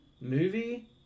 movie